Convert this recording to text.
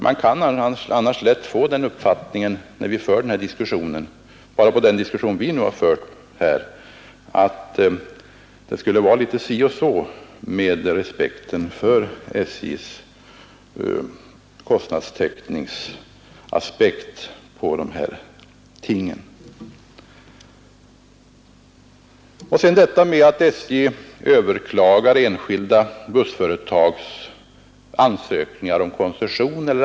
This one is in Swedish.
Man kan nämligen lätt få den uppfattningen om man bara hör den diskussion som vi nu har fört, att det skulle vara litet si och så med respekten för SJ:s kostnadstäckningsaspekt. Sedan tar herr Larsson i Borrby upp det förhållandet att SJ har överklagat enskilda bussföretags ansökningar om koncession.